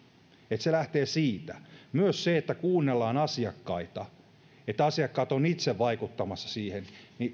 se lähtee siitä myös kuunnellaan asiakkaita niin että asiakkaat ovat itse vaikuttamassa siihen